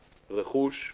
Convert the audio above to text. רכוש,